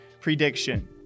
prediction